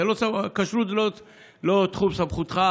כשרות היא לא תחום סמכותך,